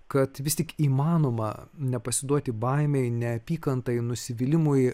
kad vis tik įmanoma nepasiduoti baimei neapykantai nusivylimui